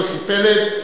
פלד,